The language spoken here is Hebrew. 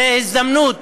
זאת הזדמנות,